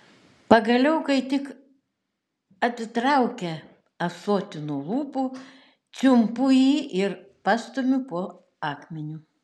pagaliau kai tik atitraukia ąsotį nuo lūpų čiumpu jį ir pastumiu po akmeniu